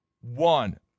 one